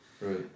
Right